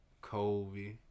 Kobe